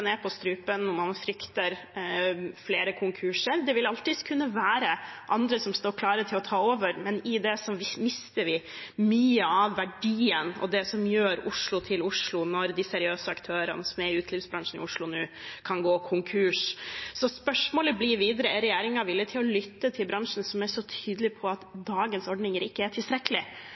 på strupen, og man frykter flere konkurser. Det vil alltids kunne være andre som står klar til å ta over, men i det mister vi mye av verdien og det som gjør Oslo til Oslo, når de seriøse aktørene som er i utelivsbransjen i Oslo nå, kan gå konkurs. Spørsmålet blir videre: Er regjeringen villig til å lytte til bransjen, som er så tydelig på at dagens ordninger ikke er